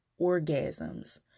orgasms